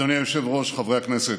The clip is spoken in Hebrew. אדוני היושב-ראש, חברי הכנסת,